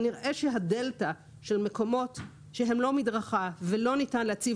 כנראה שהדלתא של מקומות שהם לא מדרכה ולא ניתן להציב